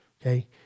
okay